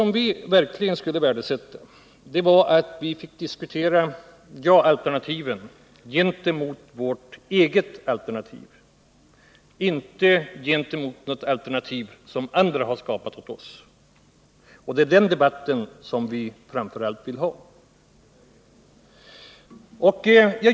Vad vi verkligen skulle värdesätta vore att få diskutera ja-alternativen gentemot vårt eget alternativ och inte gentemot några alternativ som andra har skapat åt oss. Det är den debatten som vi framför allt vill ha.